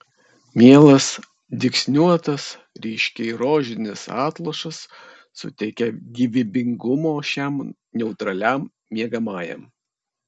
mielas dygsniuotas ryškiai rožinis atlošas suteikia gyvybingumo šiam neutraliam miegamajam